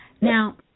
Now